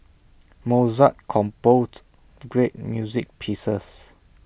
Mozart composed great music pieces